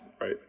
right